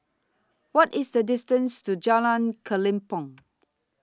What IS The distance to Jalan Kelempong